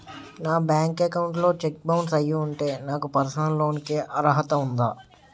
నా bank account లో cheque bounce అయ్యి ఉంటే నాకు పర్సనల్ లోన్ కీ అర్హత ఉందా?